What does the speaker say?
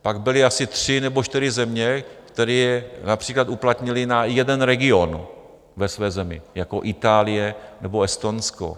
Pak byly asi tři nebo čtyři země, které je například uplatnily na jeden region ve své zemi, jako Itálie nebo Estonsko.